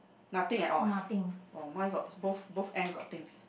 nothing at all ah oh my got both both end got things